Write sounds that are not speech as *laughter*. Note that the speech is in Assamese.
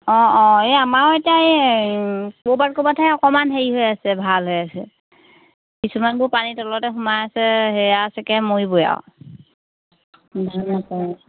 অঁ অঁ এই আমাৰো এতিয়া এই ক'ৰবাত ক'ৰবাতহে অকণমান হেৰি হৈ আছে ভাল হৈ আছে কিছুমানবোৰ পানীৰ তলতে সোমাই আছে সেইয়া ছাগৈ মৰিবই আৰু *unintelligible*